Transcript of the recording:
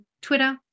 twitter